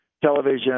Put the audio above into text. television